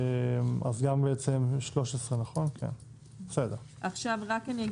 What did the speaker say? אז גם בעצם 13. אני רק אגיד,